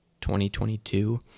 2022